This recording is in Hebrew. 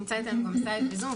נמצא איתנו גם סאיד בזום,